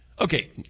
Okay